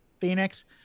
Phoenix